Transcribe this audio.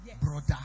brother